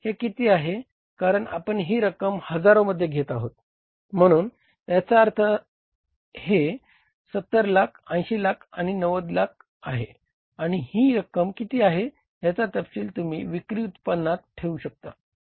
हे किती आहे कारण आपण ही रक्कम हजारोमध्ये घेत आहोत म्हणून याचा अर्थ हे 70 लाख 80 लाख आणि नंतर 90 लाख आहे आणि ही रक्कम किती आहे ह्याचा तपशील तुम्ही विक्री उत्पन्नात ठेवू शकता